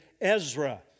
Ezra